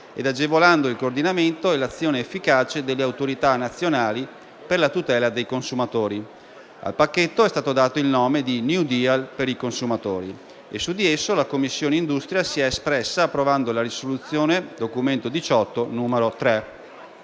e agevolando il coordinamento e l'azione efficace delle autorità nazionali per la tutela dei consumatori. Al pacchetto è stato dato il nome di «"*New Deal"* per i consumatori» e su di esso la Commissione industria si è espressa approvando la risoluzione documento XVIII, n. 3.